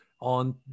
on